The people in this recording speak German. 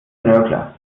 nörgler